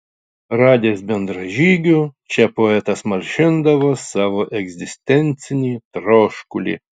radęs bendražygių čia poetas malšindavo savo egzistencinį troškulį